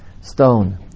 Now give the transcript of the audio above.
Stone